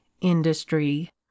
industry